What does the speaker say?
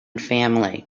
family